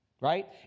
right